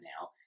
now